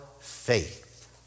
faith